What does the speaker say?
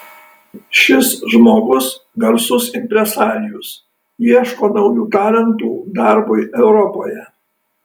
šis žmogus garsus impresarijus ieško naujų talentų darbui europoje